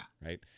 right